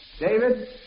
David